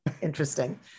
interesting